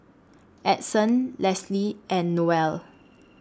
Edson Lesley and Noelle